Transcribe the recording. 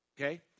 Okay